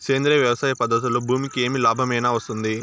సేంద్రియ వ్యవసాయం పద్ధతులలో భూమికి ఏమి లాభమేనా వస్తుంది?